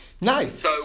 nice